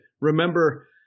remember